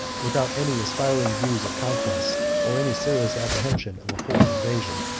without any aspiring views of conquest, or any serious apprehension of a foreign invasion.